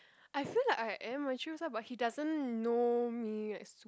I feel like I am mature but he doesn't know me like